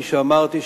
כפי שאמרתי,